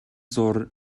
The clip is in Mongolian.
зуур